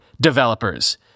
developers